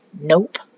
Nope